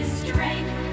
strength